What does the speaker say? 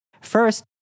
First